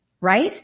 right